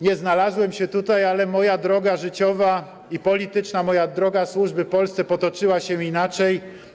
Nie znalazłem się wtedy tutaj, ale moja droga życiowa i polityczna, moja droga służby Polsce potoczyła się inaczej.